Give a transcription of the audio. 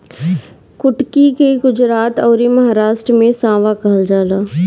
कुटकी के गुजरात अउरी महाराष्ट्र में सांवा कहल जाला